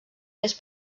més